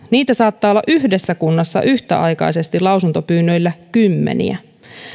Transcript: niitä saattaa olla yhdessä kunnassa yhtäaikaisesti lausuntopyynnöillä kymmeniä